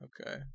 Okay